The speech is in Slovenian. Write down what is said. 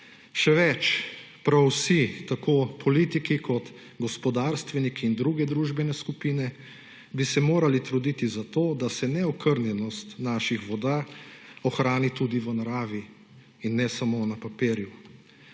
Še več; prav vsi, tako politiki kot gospodarstveniki in druge družbene skupine bi se morali truditi za to, da se neokrnjenost naših voda ohrani tudi v naravi in ne samo na papirju.